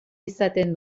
izaten